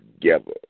together